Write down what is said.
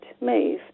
move